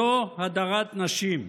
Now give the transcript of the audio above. זו הדרת נשים,